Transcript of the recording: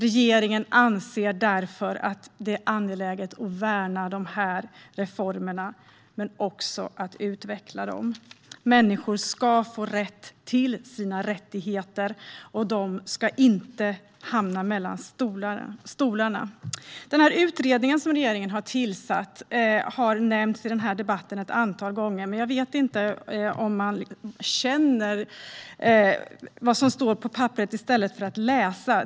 Regeringen anser därför att det är angeläget att värna dessa reformer, men också att utveckla dem. Människor ska få åtnjuta sina rättigheter, och de ska inte hamna mellan stolarna. Den utredning som regeringen har tillsatt har nämnts i debatten ett antal gånger, men jag vet inte om man känner vad som står på papperet i stället för att läsa.